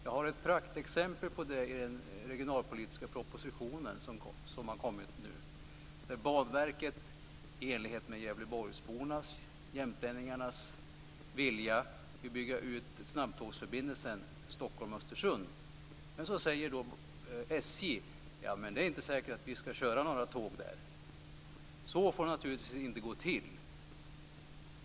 Jag har ett praktexempel på det i den regionalpolitiska proposition som nu har kommit. Banverket vill i enlighet med gävleborgsbornas och jämtlänningarnas vilja bygga ut snabbtågsförbindelsen Stockholm Östersund. Men SJ säger: Det är inte säkert att vi skall köra några tåg där. Så får det naturligtvis inte gå till.